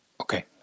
Okay